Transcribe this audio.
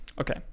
Okay